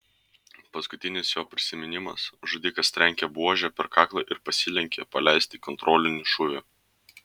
paskutinis jo prisiminimas žudikas trenkia buože per kaklą ir pasilenkia paleisti kontrolinį šūvį